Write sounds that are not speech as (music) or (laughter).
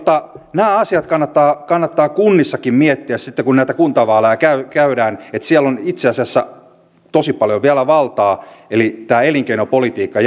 nämä asiat kannattaa kunnissakin miettiä sitten kun näitä kuntavaaleja käydään käydään että siellä on itse asiassa tosi paljon vielä valtaa eli tämä elinkeinopolitiikka (unintelligible)